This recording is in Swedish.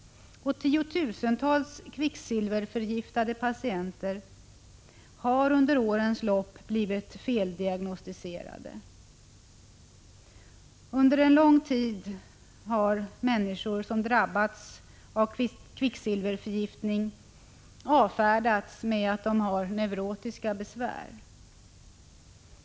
Tiotusentals kvicksilverförgiftade patienter har under årens lopp blivit feldiagnostiserade. Och under en lång tid har människor som drabbats av kvicksilverförgiftning avfärdats med att de har neurotiska besvär.